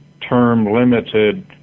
term-limited